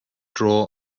draw